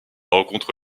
rencontre